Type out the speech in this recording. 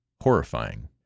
horrifying